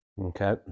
Okay